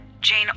Jane